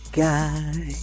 guy